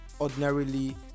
ordinarily